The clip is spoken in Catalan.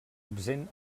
absent